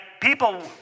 people